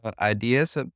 ideas